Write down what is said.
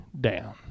down